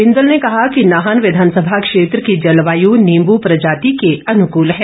बिंदल ने कहा कि नाहन विधानसभा क्षेत्र की जलवायु नींब् प्रजाति के अनुकूल है